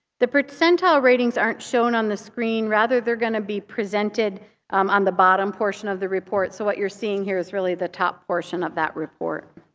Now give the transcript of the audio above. the percentile ratings aren't shown on the screen, rather they're going to be presented on the bottom portion of the report. so what you're seeing here is really that top portion of that report.